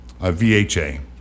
VHA